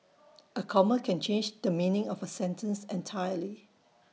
A comma can change the meaning of A sentence entirely